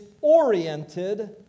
oriented